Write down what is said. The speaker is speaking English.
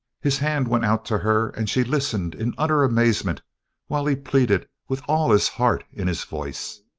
his hand went out to her and she listened in utter amazement while he pleaded with all his heart in his voice.